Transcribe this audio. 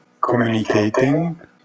Communicating